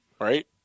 right